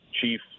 chief